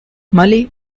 mali